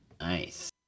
Nice